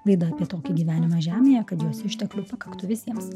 laida apie tokį gyvenimą žemėje kad jos išteklių pakaktų visiems